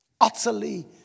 Utterly